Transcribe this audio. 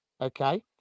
okay